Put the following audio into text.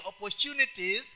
opportunities